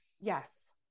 yes